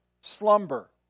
slumber